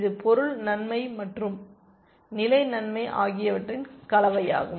இது பொருள் நன்மை மற்றும் நிலை நன்மை ஆகியவற்றின் கலவையாகும்